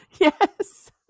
Yes